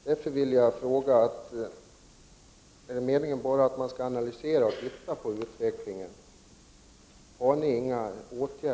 Därför undrar jag: Är det meningen att regeringen bara skall analysera och se på utvecklingen? Tänker regeringen inte vidta några åtgärder?